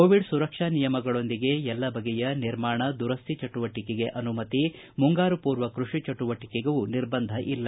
Covid ಸುರಕ್ಷಾ ನಿಯಗಳೊಂದಿಗೆ ಎಲ್ಲ ಬಗೆಯ ನಿರ್ಮಾಣ ದುರಸ್ತಿ ಚಟುವಟಿಕೆಗೆ ಅನುಮತಿ ಮುಂಗಾರು ಪೂರ್ವ ಕೃಷಿ ಚಟುವಟಿಕೆಗೂ ನಿರ್ಬಂಧವಿಲ್ಲ